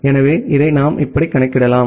எனவே இதை நாம் இப்படி கணக்கிடலாம்